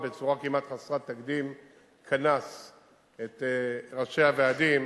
ובצורה כמעט חסרת תקדים קנס את ראשי הוועדים,